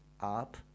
up